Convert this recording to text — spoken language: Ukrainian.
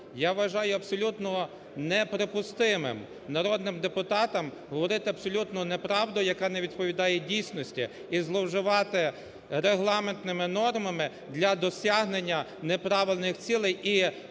Я вважаю абсолютно неприпустимим народним депутатам говорити абсолютну неправду, яка не відповідає дійсності, і зловживати регламентними нормами для досягнення неправильних цілей і збивання